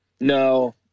No